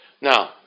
now